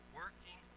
working